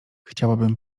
chciałabym